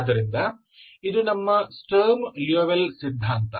ಆದ್ದರಿಂದ ಇದು ನಮ್ಮ ಸ್ಟರ್ಮ್ ಲಿಯೋವಿಲ್ಲೆ ಸಿದ್ಧಾಂತ